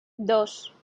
dos